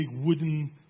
wooden